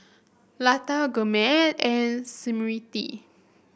Lata Gurmeet and Smriti